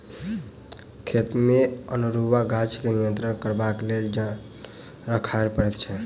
खेतमे अनेरूआ गाछ के नियंत्रण करबाक लेल जन राखय पड़ैत छै